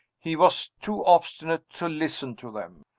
he was too obstinate to listen to them.